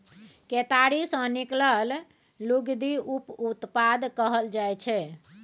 केतारी सँ निकलल लुगदी उप उत्पाद कहल जाइ छै